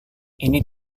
ini